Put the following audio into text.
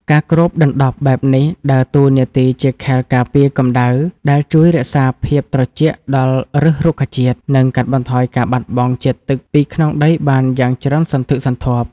ការគ្របដណ្ដប់បែបនេះដើរតួនាទីជាខែលការពារកម្ដៅ ដែលជួយរក្សាភាពត្រជាក់ដល់ឫសរុក្ខជាតិ និងកាត់បន្ថយការបាត់បង់ជាតិទឹកពីក្នុងដីបានយ៉ាងច្រើនសន្ធឹកសន្ធាប់។